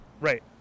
right